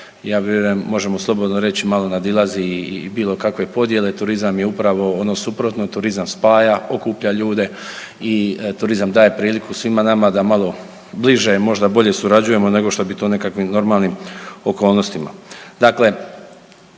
možemo slobodno reći malo nadilazi i bilo kakve podjele. Turizam je upravo ono suprotno, turizam spaja, okuplja ljude i turizam daje priliku svima nama da malo bliže možda bolje surađujemo nego što bi to u nekakvim normalnim okolnostima.